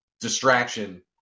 distraction